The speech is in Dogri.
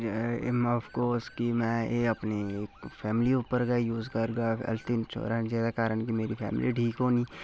एह् माफ्को स्कीम ऐ एह् अपनी फैमिली उप्पर गै यूज़ करगा अगर जेह्दे कारण कि मेरी फैमिली ठीक होनी